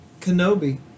Kenobi